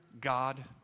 God